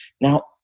Now